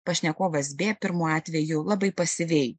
pašnekovas b pirmu atveju labai pasyviai